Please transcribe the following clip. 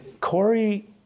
Corey